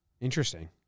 Interesting